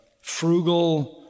frugal